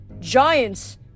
Giants